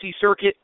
circuit